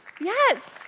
yes